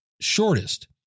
shortest